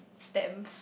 stamps